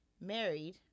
married